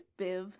Biv